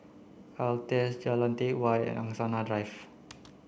Altez Jalan Teck Whye Angsana Drive